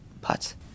parts